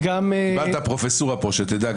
קיבלת פרופסורה פה שתדע,